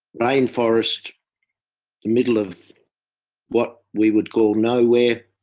rain forest the middle of what we would call nowhere,